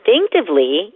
instinctively